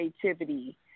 creativity